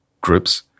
groups